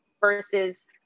versus